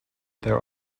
there